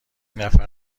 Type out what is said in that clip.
نفر